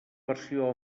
versió